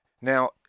now